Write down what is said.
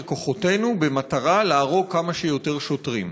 כוחותינו במטרה להרוג כמה שיותר שוטרים".